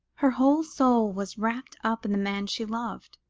her whole soul was wrapped up in the man she loved,